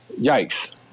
yikes